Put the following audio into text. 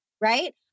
Right